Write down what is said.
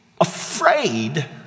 afraid